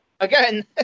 Again